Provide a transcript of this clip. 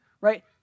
right